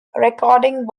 recording